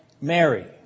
Mary